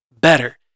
better